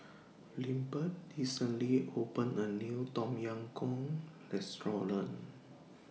Lindbergh recently opened A New Tom Yam Goong Restaurant